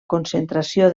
concentració